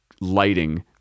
lighting